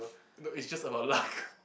no it's just about luck